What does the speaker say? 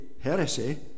heresy